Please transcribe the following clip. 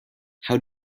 how